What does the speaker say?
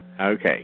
Okay